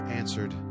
answered